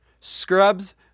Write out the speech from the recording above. Scrubs